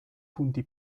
punti